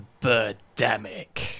Birdemic